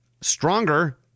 stronger